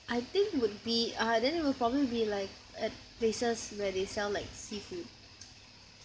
I think would be uh then it will probably be like at places where they sell like seafood